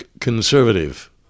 conservative